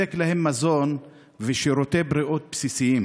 המספק להם מזון ושירותי בריאות בסיסיים,